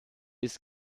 ist